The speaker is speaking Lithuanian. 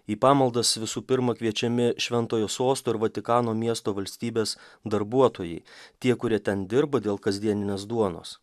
į pamaldas visų pirma kviečiami šventojo sosto ir vatikano miesto valstybės darbuotojai tie kurie ten dirba dėl kasdieninės duonos